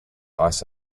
ice